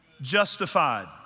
Justified